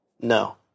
No